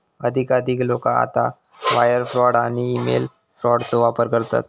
अधिकाधिक लोका आता वायर फ्रॉड आणि ईमेल फ्रॉडचो वापर करतत